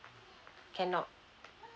cannot